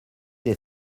des